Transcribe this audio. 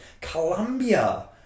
Colombia